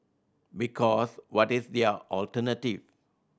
because what is their alternative